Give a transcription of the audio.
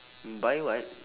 buy what